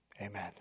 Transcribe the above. Amen